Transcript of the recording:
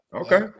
Okay